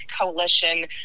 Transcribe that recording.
Coalition